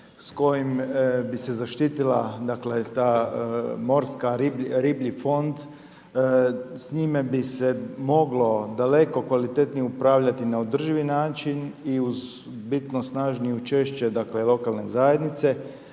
s kojim bi se zaštitila dakle ta morski riblji fond, s njime bi se moglo daleko kvalitetnije upravljati na održivi način i uz bitno snažnije češće lokalne zajednice.